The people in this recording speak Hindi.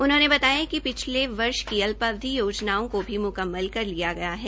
उन्होंने यह भी बताया कि पिछले वर्ष की अल्प अवधि योजनाओं को भी मुकम्मल कर लिया गया है